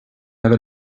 never